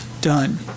Done